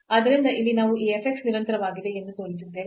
ಆದ್ದರಿಂದ ಇಲ್ಲಿ ನಾವು ಈ f x ನಿರಂತರವಾಗಿದೆ ಎಂದು ತೋರಿಸಿದ್ದೇವೆ